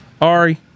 Ari